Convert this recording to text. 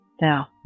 Now